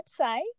website